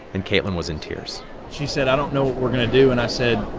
and kaitlyn was in tears she said, i don't know what we're going to do. and i said,